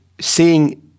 seeing